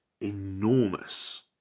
enormous